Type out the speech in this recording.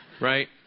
Right